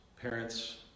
parents